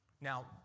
now